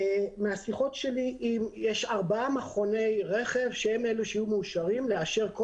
יש ארבעה מכוני רכב שיהיו מאושרים לאשר כל